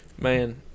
Man